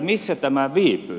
missä tämä viipyi